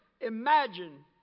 imagine